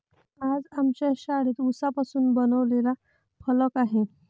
आज आमच्या शाळेत उसापासून बनवलेला फलक आहे